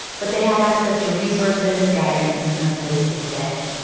but they had access to resources, guidance, and a place to stay